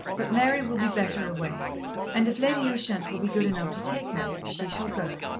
but mary will be better away and if lady ushant will be good enough to take her, she shall go.